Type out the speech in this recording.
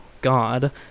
God